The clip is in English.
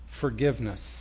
forgiveness